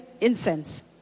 Incense